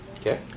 Okay